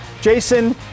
Jason